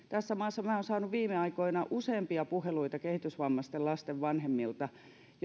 tässä maassa minä olen saanut viime aikoina useampia puheluita kehitysvammaisten lasten vanhemmilta